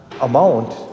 amount